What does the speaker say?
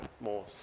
more